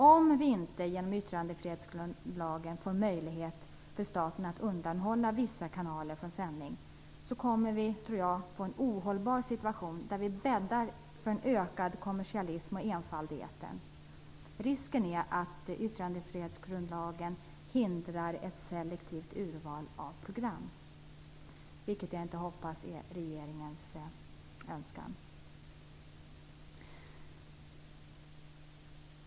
Om vi inte genom yttrandefrihetsgrundlagen får möjlighet för staten att undanhålla vissa kanaler från sändning kommer vi i en ohållbar situation, där vi bäddar för ökad kommersialism och enfald i etern. Risken är att yttrandefrihetsgrundlagen hindrar ett selektivt urval av program. Jag hoppas att det inte är regeringens önskan.